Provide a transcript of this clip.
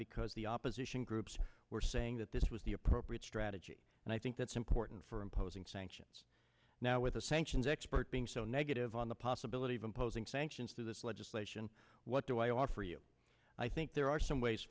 because the opposition groups were saying that this was the appropriate strategy and i think that's important for imposing sanctions now with a sanctions expert being so negative on the possibility of imposing sanctions through this legislation what do i offer you i think there are some ways